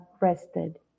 rested